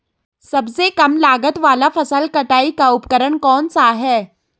सबसे कम लागत वाला फसल कटाई का उपकरण कौन सा है?